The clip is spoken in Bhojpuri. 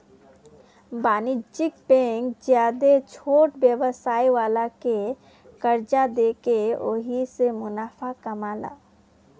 वाणिज्यिक बैंक ज्यादे छोट व्यवसाय वाला के कर्जा देके ओहिसे मुनाफा कामाला